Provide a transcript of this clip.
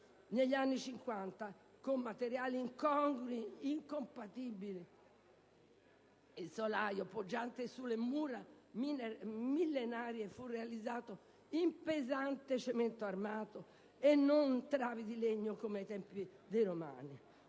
negli anni '50 con materiali incongrui e incompatibili. Il solaio, poggiante su mura millenarie, fu realizzato in pesante cemento armato e non con travi di legno, come ai tempi dei romani.